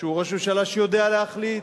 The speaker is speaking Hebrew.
שהוא ראש ממשלה שיודע להחליט,